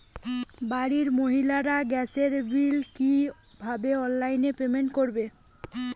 বাড়ির মহিলারা গ্যাসের বিল কি ভাবে অনলাইন পেমেন্ট করবে?